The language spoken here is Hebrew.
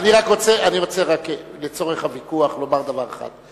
אני רוצה לצורך הוויכוח לומר דבר אחד.